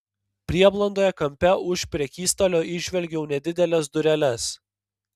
prieblandoje kampe už prekystalio įžvelgiau nedideles dureles